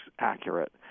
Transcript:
accurate